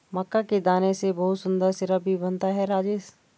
मक्का के दाने से बहुत सुंदर सिरप भी बनता है राजेश